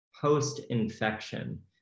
post-infection